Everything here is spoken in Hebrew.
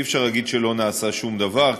אי-אפשר להגיד שלא נעשה שום דבר,